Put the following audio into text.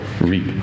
reap